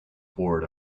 board